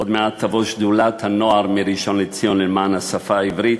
עוד מעט תבוא שדולת הנוער מראשון-לציון למען השפה העברית,